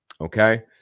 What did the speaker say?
okay